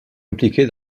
impliqué